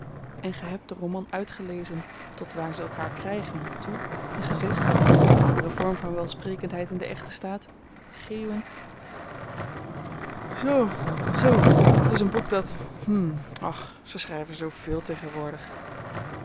en ge hebt den roman uitgelezen tot waar ze elkaar krygen toe en ge zegt een andere vorm van welsprekendheid in den echtestaat geeuwend z z t is een boek dat hm och ze schryven zoo véél tegenwoordig